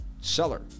seller